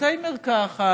בתי מרקחת,